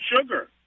sugar